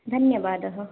धन्यवादः